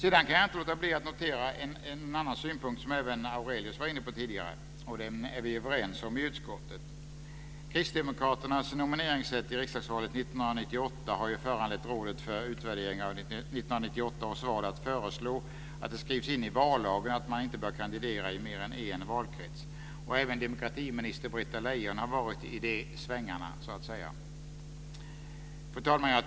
Jag kan inte låta bli att notera en annan synpunkt, som även Nils Fredrik Aurelius var inne på tidigare, och som vi är överens om i utskottet. 1998 har ju föranlett Rådet för utvärdering av 1998 års val att föreslå att det skrivs in i vallagen att man inte bör kandidera i mer än en valkrets. Även demokratiminister Britta Lejon har så att säga varit i de svängarna. Fru talman!